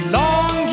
long